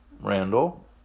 Randall